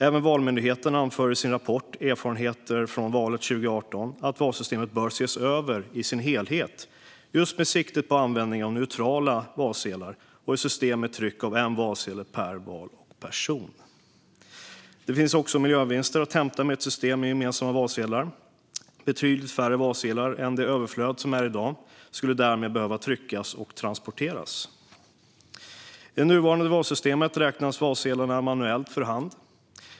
Även Valmyndigheten anför i sin rapport Erfarenheter från valen 2018 att valsystemet bör ses över i sin helhet just med siktet på användningen av neutrala valsedlar och ett system med tryck av en valsedel per val och person. Det finns också miljövinster att hämta med ett system med gemensamma valsedlar. Betydligt färre valsedlar än dagens överflöd av sådana skulle därmed behöva tryckas och transporteras. I det nuvarande valsystemet räknas valsedlarna för hand.